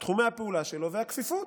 תחומי הפעולה שלו והכפיפות.